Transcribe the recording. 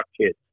kids